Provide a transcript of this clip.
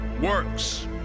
works